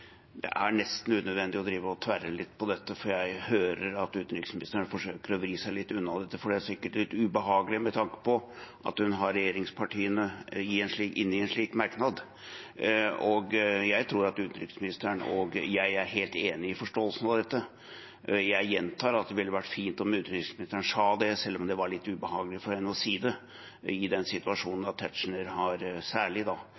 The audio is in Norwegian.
det. Det er nesten unødvendig å drive og tvære ut dette, for jeg hører at utenriksministeren forsøker å vri seg litt unna det, for det er sikkert litt ubehagelig med tanke på at hun har regjeringspartiene inne i en slik merknad. Jeg tror at utenriksministeren og jeg er helt enige i forståelsen av dette. Jeg gjentar at det ville vært fint om utenriksministeren sa det – selv om det var litt ubehagelig for henne å si det i denne situasjonen, hvor særlig